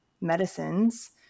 medicines